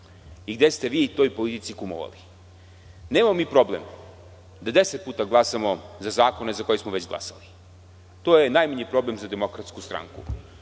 i gde ste vi toj politici kumovali. Nemamo mi problem da deset puta glasamo za zakone za koje smo već glasali, to je najmanji problem za DS. Nemamo